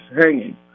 hanging